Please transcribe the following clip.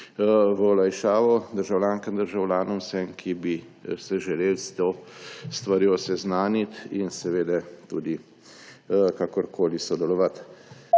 v olajšavo državljankam in državljanom, vsem, ki bi se želeli s to stvarjo seznaniti in kakorkoli sodelovati.